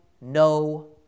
no